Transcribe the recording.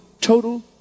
total